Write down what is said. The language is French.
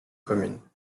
communes